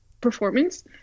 performance